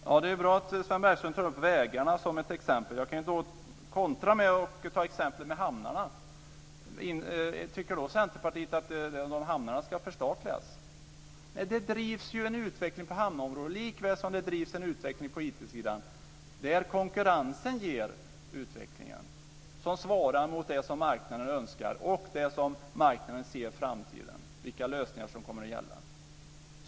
Fru talman! Det är ju bra att Sven Bergström tar upp vägarna som ett exempel. Jag kan ju kontra med att ta upp exemplet med hamnarna. Tycker Centerpartiet att hamnarna ska förstatligas? Det bedrivs ju en utveckling på hamnområdet, likväl som det bedrivs en utveckling på IT-sidan. Konkurrensen ger utvecklingen, som svarar mot det som marknaden önskar och det som marknaden ser i framtiden, vilka lösningar som kommer att gälla.